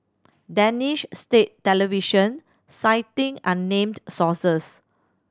Danish state television citing unnamed sources